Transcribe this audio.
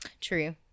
True